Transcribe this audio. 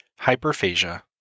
hyperphagia